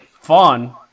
fun